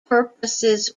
purposes